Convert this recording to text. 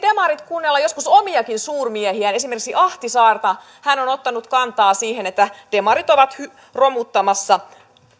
demarit voisivat kuunnella joskus omiakin suurmiehiään esimerkiksi ahtisaarta hän on ottanut kantaa siihen että demarit ovat romuttamassa